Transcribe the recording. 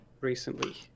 recently